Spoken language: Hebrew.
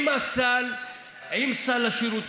עם סל השירותים.